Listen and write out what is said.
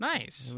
Nice